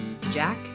Jack